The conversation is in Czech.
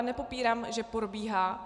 Nepopírám, že probíhá.